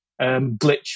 glitch